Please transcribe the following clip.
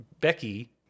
Becky